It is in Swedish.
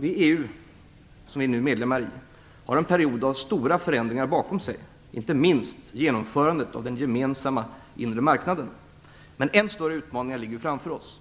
Det EU som vi nu är medlemmar i har en period av stora förändringar bakom sig, inte minst genomförandet av den gemensamma inre marknaden, men än större utmaningar ligger framför oss.